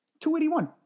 281